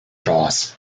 jaws